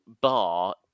bar